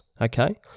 okay